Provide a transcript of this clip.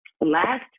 Last